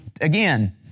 again